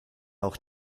auch